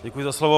Děkuji za slovo.